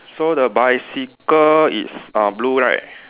so the bicycle it's uh blue right